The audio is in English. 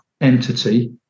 entity